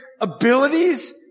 abilities